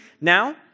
now